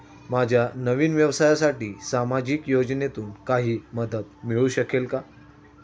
माझ्या नवीन व्यवसायासाठी सामाजिक योजनेतून काही मदत मिळू शकेल का?